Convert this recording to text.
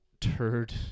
turd